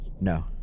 No